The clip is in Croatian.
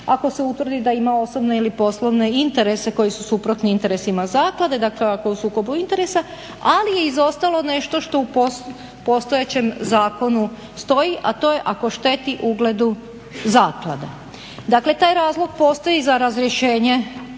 ako se utvrdi da ima osobne ili poslovne interese koji su suprotni interesima zaklade, dakle ako je u sukobu interesa, ali je izostalo nešto što u postojećem zakonu stoji, a to je ako šteti ugledu zaklade. Dakle taj razlog postoji za razrješenje